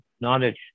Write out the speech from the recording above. knowledge